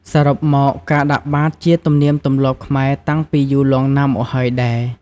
សរុបមកការដាកបាតជាទំលៀមទម្លាប់ខ្មែរតាំងពីយូលង់ណាស់មកហើយដែរ។